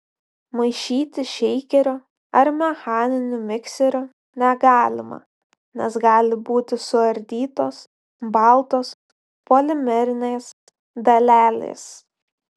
maišyti šeikeriu ar mechaniniu mikseriu negalima nes gali būti suardytos baltos polimerinės dalelės